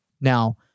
Now